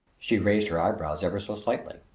she raised her eyebrows ever so slightly.